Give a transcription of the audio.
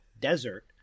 Desert